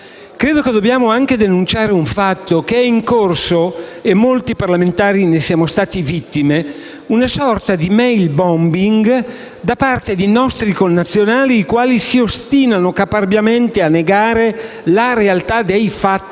soggetti. Dobbiamo anche denunciare un fatto. È in corso, e molti parlamentari ne sono stati vittime, una sorta di *mail bombing* da parte di nostri connazionali, i quali si ostinano caparbiamente a negare la realtà dei fatti,